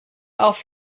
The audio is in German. auf